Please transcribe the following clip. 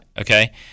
Okay